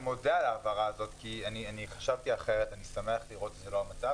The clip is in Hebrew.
אני מודה על ההבהרה הזאת כי חשבתי אחרת ואני שמח לראות שזה לא המצב